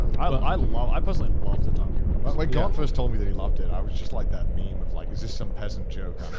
i but i love, i personally loved the tatami rooms. when but like garnt first told me that he loved it, i was just like that meme of like, is this some peasant joke,